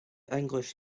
english